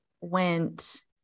went